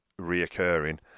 reoccurring